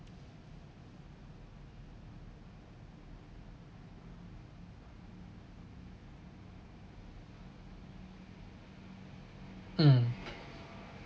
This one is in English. mm